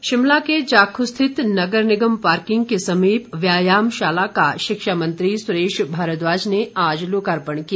भारद्वाज शिमला के जाखू स्थित नगर निगम पार्किंग के समीप व्यायामशाला का शिक्षा मंत्री सुरेश भारद्वाज ने आज लोकार्पण किया